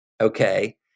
Okay